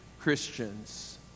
Christians